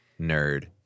nerd